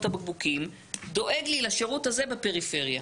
את הבקבוקים דואג לי לשירות הזה בפריפריה.